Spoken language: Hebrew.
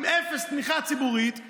חבר הכנסת מלכיאלי,